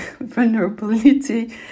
vulnerability